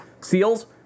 seals